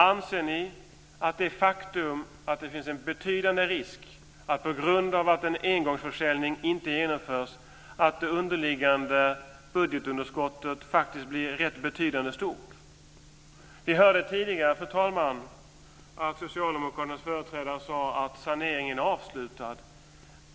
Anser ni att det är ett faktum att det finns en betydande risk att det underliggande budgetunderskottet, på grund av att en engångsförsäljning inte genomförs, faktiskt blir rätt betydande stort? Vi hörde tidigare, fru talman, att socialdemokraternas företrädare sade att saneringen är avslutad.